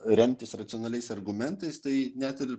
remtis racionaliais argumentais tai net ir